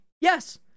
Yes